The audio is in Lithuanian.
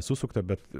susukta bet